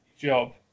job